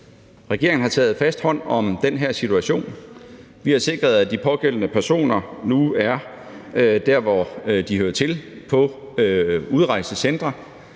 Regeringen har taget en fast hånd om den her situation. Vi har sikret, at de pågældende personer nu er der, hvor de hører til, på udrejsecentre,